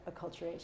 acculturation